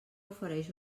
ofereix